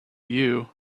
you